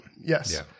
Yes